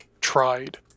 tried